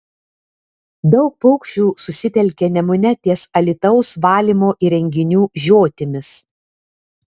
daug paukščių susitelkė nemune ties alytaus valymo įrenginių žiotimis